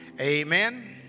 Amen